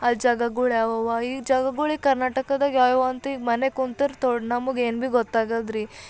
ಅಲ್ಲಿ ಜಾಗಗಳು ಯಾವಿವೆ ಈ ಜಾಗಗಳಿಗೆ ಕರ್ನಾಟಕದಾಗ ಯಾವಿವೆ ಅಂತಿ ಈಗ ಮನೆಗೆ ಕುಂತಾರ ತೋರ್ ನಮಗೆ ಏನು ಭೀ ಗೊತ್ತಾಗದ್ರೀ